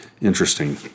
interesting